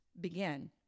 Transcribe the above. begin